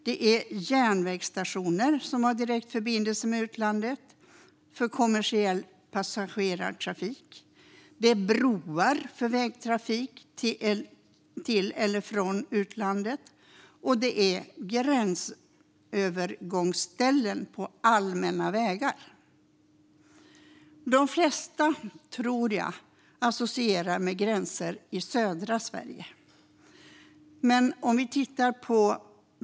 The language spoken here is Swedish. Det gäller även järnvägsstationer som har direkt förbindelse med utlandet för kommersiell passagerartrafik, broar för vägtrafik till eller från utlandet och gränsövergångsställen på allmänna vägar. De flesta associerar gränser med södra Sverige, tror jag.